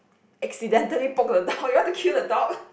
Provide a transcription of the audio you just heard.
accidentally poke the dog you want to kill the dog